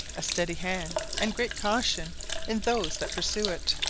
a steady hand, and great caution in those that pursue it.